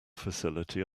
facility